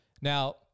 Now